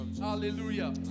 Hallelujah